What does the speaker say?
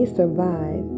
survive